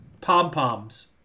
pom-poms